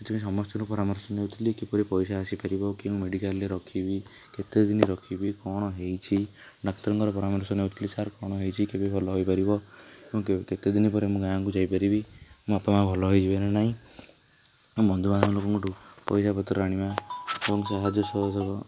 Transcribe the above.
ସେଥିପାଇଁ ସମସ୍ତଙ୍କଠୁ ପରାମର୍ଶ ନେଉଥିଲି କିପରି ପଇସା ଆସିପାରିବ କେଉଁ ମେଡ଼ିକାଲରେ ରଖିବି କେତେଦିନ ରଖିବି କ'ଣ ହୋଇଛି ଡାକ୍ତରଙ୍କ ପରାମର୍ଶ ନେଉଥିଲି ସାର୍ କ'ଣ ହୋଇଛି କେବେ ଭଲ ହୋଇପାରିବ କେତେଦିନ ପରେ ମୁଁ ଗାଁକୁ ଯାଇପାରିବି ମୋ ବାପା ମାଁ ଭଲ ହୋଇଯିବେ ନା ନାଇଁ ବନ୍ଧୁବାନ୍ଧବ ଲୋକଙ୍କଠାରୁ ପଇସା ପତ୍ର ଆଣିବା ସାହାଯ୍ୟ ସହଯୋଗ